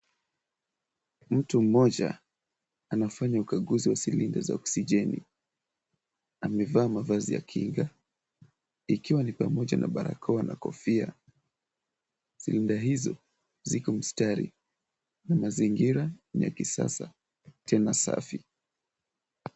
Mtu mmoja anafanya ukaguzi wa silinda za oksijeni. Amevaa mavazi ya kinga, ikiwa ni pamoja na barakoa na kofia. Silinda hizo ziko msitari. Mazingira ni ya kisasa tena safi.